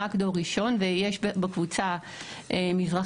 רק דור ראשון ויש בקבוצה מזרחים,